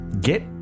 get